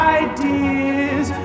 ideas